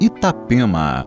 Itapema